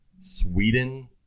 Sweden